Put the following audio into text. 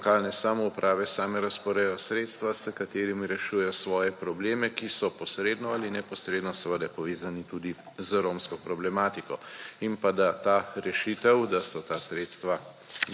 lokalne samoupravi same razporejajo sredstva s katerimi rešujejo svoje probleme, ki so posredno ali neposredno seveda povezani tudi z romsko problematiko. In pa, da ta rešitev, da so ta sredstva